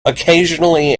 occasionally